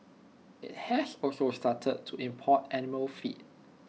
IT has also started to import animal feed